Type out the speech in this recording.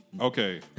okay